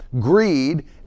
Greed